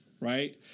Right